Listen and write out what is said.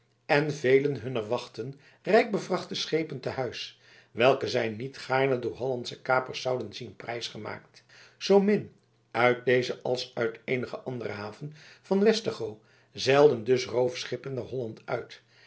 en velen hunner wachtten rijkbevrachte schepen te huis welke zij niet gaarne door hollandsche kapers zouden zien prijsgemaakt zoomin uit deze als uit eenige andere haven van westergoo zeilden dus roofschepen naar holland uit